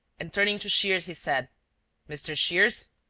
and, turning to shears, he said mr. shears,